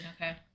Okay